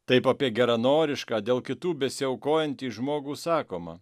taip apie geranorišką dėl kitų besiaukojantį žmogų sakoma